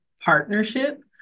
partnership